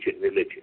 religion